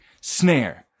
Snare